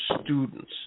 students